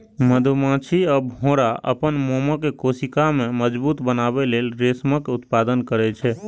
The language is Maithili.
मधुमाछी आ भौंरा अपन मोमक कोशिका कें मजबूत बनबै लेल रेशमक उत्पादन करै छै